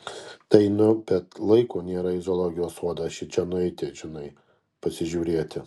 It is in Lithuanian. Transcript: tai nu bet laiko nėra į zoologijos sodą šičia nueiti žinai pasižiūrėti